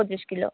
পঁচিশ কিলো